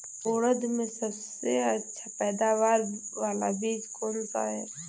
उड़द में सबसे अच्छा पैदावार वाला बीज कौन सा है?